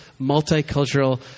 multicultural